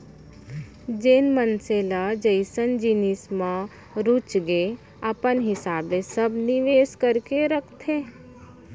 जेन मनसे ल जइसन जिनिस म रुचगे अपन हिसाब ले सब निवेस करके रखथे